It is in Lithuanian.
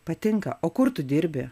patinka o kur tu dirbi